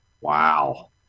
Wow